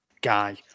guy